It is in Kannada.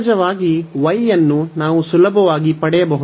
ಸಹಜವಾಗಿ y ಯನ್ನು ನಾವು ಸುಲಭವಾಗಿ ಪಡೆಯಬಹುದು